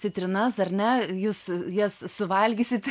citrinas ar ne jūs jas suvalgysit